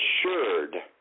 assured